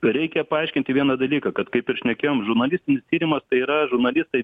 reikia paaiškinti vieną dalyką kad kaip ir šnekėjom žurnalistinis tyrimas tai yra žurnalistai